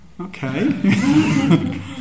Okay